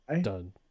Done